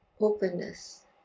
openness